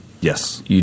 Yes